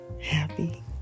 happy